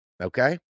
okay